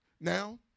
Now